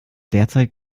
derzeit